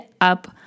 up